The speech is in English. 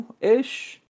ish